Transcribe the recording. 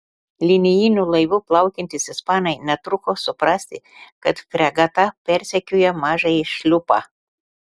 linijiniu laivu plaukiantys ispanai netruko suprasti kad fregata persekioja mažąjį šliupą